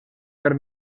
per